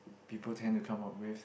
people tend to come up with